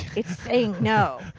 it's saying no.